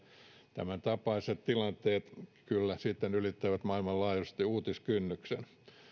tämän tapaiset tilanteet kyllä sitten ylittävät maailmanlaajuisesti uutiskynnyksen